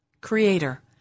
Creator